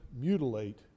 mutilate